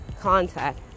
contact